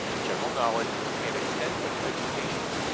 general knowledge, and extent of their education.